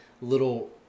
little